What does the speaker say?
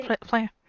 player